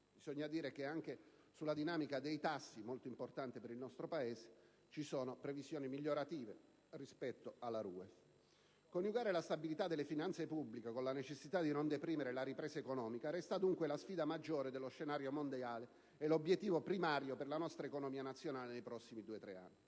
Bisogna anche dire che sulla dinamica dei tassi, molto importante per il nostro Paese, ci sono condizioni migliorative rispetto alla RUEF. Coniugare la stabilità delle finanze pubbliche con la necessità di non deprimere la ripresa economica resta, dunque, la sfida maggiore sullo scenario mondiale e l'obiettivo primario per la nostra economia nazionale nei prossimi due-tre anni.